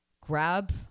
Grab